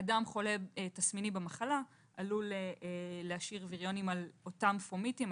אדם חולה תסמיני במחלה עלול להשאיר ויריונים על אותם פומיטים,